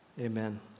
Amen